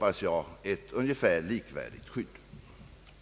ta detta som ett extraordinärt förhållande enligt artikel X.